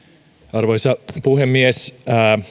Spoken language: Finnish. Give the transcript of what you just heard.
arvoisa puhemies